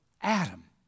Adam